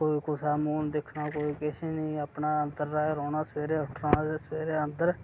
कोई कुसा दा मूंह् नी दिक्खना कोई किश नी अपने अंदर रौह्ना सवेरे उट्ठना ते सवेरे अंदर